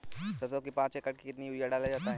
सरसो के पाँच एकड़ में कितनी यूरिया डालें बताएं?